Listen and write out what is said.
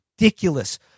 ridiculous